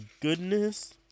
goodness